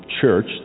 church